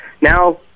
Now